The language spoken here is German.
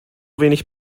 wenig